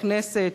הכנסת,